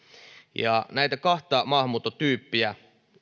näitä kahta maahanmuuttotyyppiä